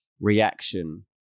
reaction